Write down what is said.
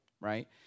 right